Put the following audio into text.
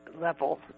Level